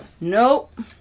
nope